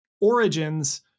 Origins